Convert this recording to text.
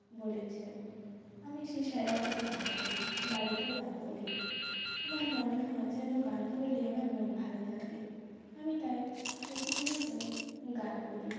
বলেছেন আমি সেই স্যারের কাছে গান করি বাড়িতেও গান করি আমার মনে হয় যেন গান করলে আমার মন ভালো থাকে আমি তাই প্রতিনিয়তই গান করি